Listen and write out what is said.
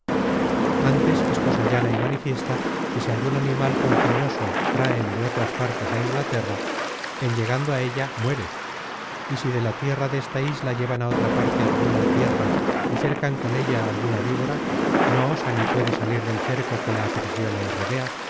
ántes es cosa llana y manifiesta que si algun animal ponzoñoso traen de otras partes á inglaterra en llegando á ella muere y si de la tierra desta isla llevan a otra parte alguna tierra y cercan con ella á alguna víbora no osa ni puede salir del cerco que la aprisiona y rodea